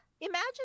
imagine